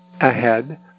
ahead